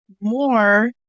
more